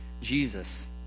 Jesus